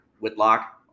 Whitlock